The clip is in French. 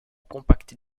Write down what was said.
compact